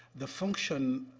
the function,